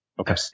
Okay